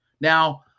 Now